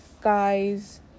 guys